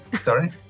Sorry